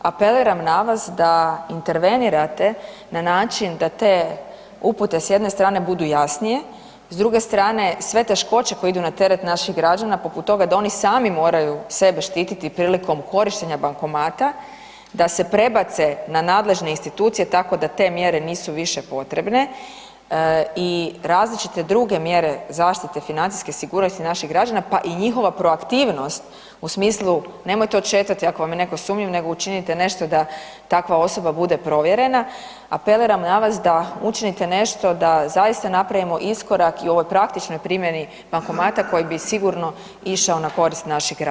Apeliram na vas da intervenirate na način da te upute s jedne strane budu jasnije, s druge strane sve teškoće koje idu na teret naših građana, poput ove da oni sami moraju sebe štititi prilikom korištenja bankomata, da se prebace na nadležne institucije, tako da te mjere nisu više potrebne i različite druge mjere zaštite financijske sigurnosti naših građana pa i njihova proaktivnost u smislu nemojte odšetati ako vam je netko sumnjiv nego učinite nešto da takva osoba bude provjerena, apeliram na vas da učinite nešto da zaista napravimo iskorak i u ovoj praktičnoj primjeni bankomata koji bi sigurno išao na korist naših građana.